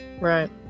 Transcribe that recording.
Right